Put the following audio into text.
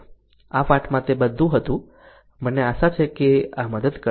આ પાઠમાં તે બધું હતું મને આશા છે કે આ મદદ કરશે